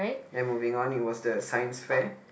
then moving on it was the science fair